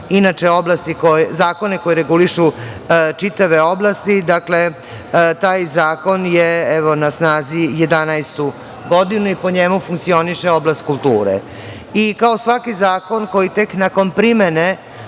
za zakone koji regulišu čitave oblasti… Taj zakon je, evo, na snazi 11 godinu i po njemu funkcioniše oblast kulture. Kao svaki zakon koji tek nakon primene